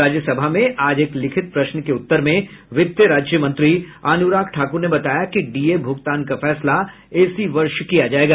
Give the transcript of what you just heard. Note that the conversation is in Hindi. राज्यसभा में आज एक लिखित प्रश्न के उत्तर में वित्त राज्यमंत्री अनुराग ठाकुर ने बताया कि डीए भुगतान का फैसला इसी वर्ष किया जायेगा